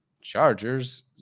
Chargers